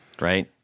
right